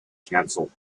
cancelled